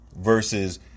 versus